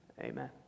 amen